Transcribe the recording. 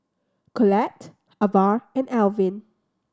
Collette Avah and Elvin